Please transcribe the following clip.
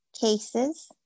cases